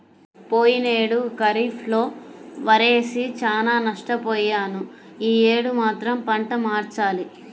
పోయినేడు ఖరీఫ్ లో వరేసి చానా నష్టపొయ్యాను యీ యేడు మాత్రం పంట మార్చాలి